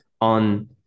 on